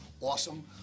Awesome